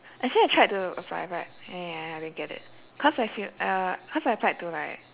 actually I tried to apply but yeah I didn't get it cause I failed uh cause I applied to like